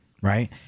Right